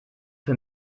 für